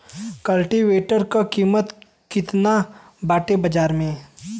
कल्टी वेटर क कीमत केतना बाटे बाजार में?